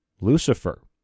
Lucifer